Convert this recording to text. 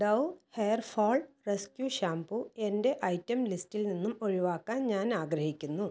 Dove hair fall rescue shampoo എന്റെ item ലിസ്റ്റിൽ നിന്നും ഒഴിവാക്കാൻ ഞാൻ ആഗ്രഹിക്കുന്നു